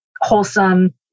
wholesome